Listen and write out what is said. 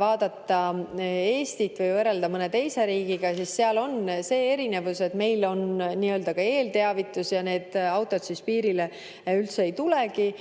vaadata Eestit või võrrelda mõne teise riigiga, siis seal on see erinevus, et meil on nii-öelda eelteavitus ja need autod piirile üldse ei tulegi,